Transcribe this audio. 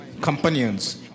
companions